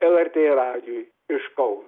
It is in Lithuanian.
lrt radijui iš kau